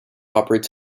operates